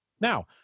Now